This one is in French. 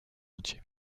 entier